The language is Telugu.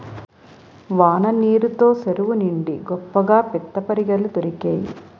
వాన నీరు తో సెరువు నిండి గొప్పగా పిత్తపరిగెలు దొరికేయి